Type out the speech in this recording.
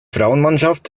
frauenmannschaft